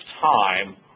time